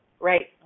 Right